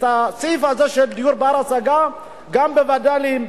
הסעיף הזה של דיור בר-השגה גם בווד"לים,